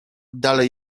dalej